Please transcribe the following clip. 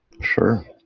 Sure